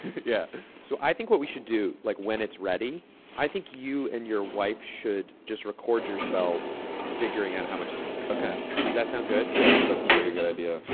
yeah so i think what we should do, like, when it's ready i think you and your wife should just record yourselves figuring out how much is in there ok does that sound good? yeah, that sounds like a good idea.